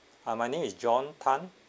ah my name is john tan